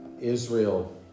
Israel